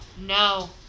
No